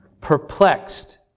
Perplexed